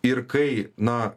ir kai na